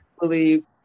believe